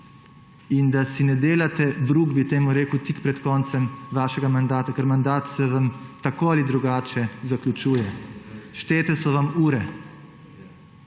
in da si »ne delati bruk« tik pred koncem vašega mandata, ker mandat se vam tako ali drugače zaključuje, štete so vam ure.